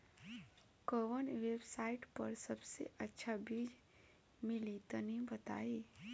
कवन वेबसाइट पर सबसे अच्छा बीज मिली तनि बताई?